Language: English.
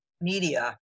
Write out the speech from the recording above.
media